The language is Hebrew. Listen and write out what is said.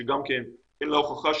שגם כן אין לה הוכחה,